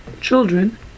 children